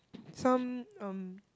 some um